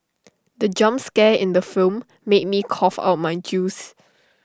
the jump scare in the film made me cough out my juice